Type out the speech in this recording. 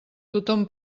tothom